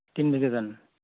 ᱛᱤᱱ ᱵᱤᱜᱷᱟᱹ ᱜᱟᱱ